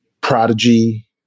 prodigy